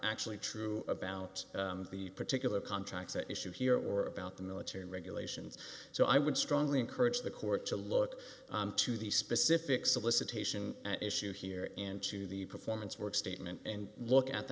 actually true about the particular contracts at issue here or about the military regulations so i would strongly encourage the court to look to the specific solicitation at issue here and to the performance work statement and look at the